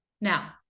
Now